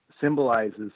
symbolizes